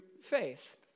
faith